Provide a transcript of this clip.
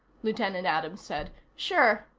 lieutenant adams said. sure.